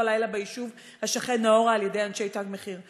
הלילה ביישוב השכן נאעורה על ידי אנשי "תג מחיר".